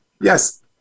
Yes